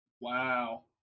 Wow